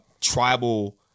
tribal